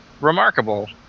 remarkable